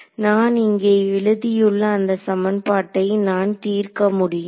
நான் இங்கே எழுதியுள்ள அந்த சமன்பாட்டை நான் தீர்க்க முடியுமா